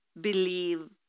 believe